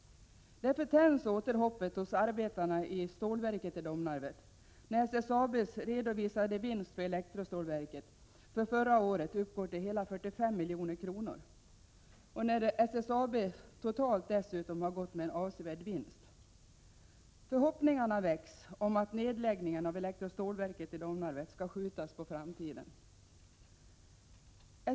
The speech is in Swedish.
Därför tänds åter hoppet hos arbetarna i stålverket i Domnarvet, när SSAB:s redovisade vinst för elektrostålverket för förra året uppgår till hela 45 milj.kr. och när SSAB totalt dessutom gått med en avsevärd vinst. Förhoppningar väcks om att nedläggningen av elektrostålverket skall skjutas på framtiden.